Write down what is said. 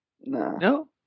No